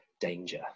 danger